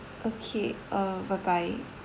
okay uh bye bye